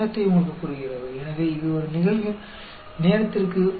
यह आपको घटनाओं के बीच का समय बताता है